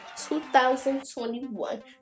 2021